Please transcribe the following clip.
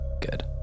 good